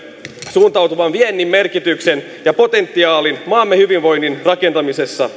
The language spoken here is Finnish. suuntautuvan viennin merkityksen ja potentiaalin maamme hyvinvoinnin rakentamisessa